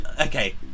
okay